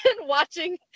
watching